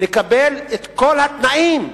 לקבל את כל התנאים.